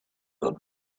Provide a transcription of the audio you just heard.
will